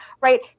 right